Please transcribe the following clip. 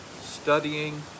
studying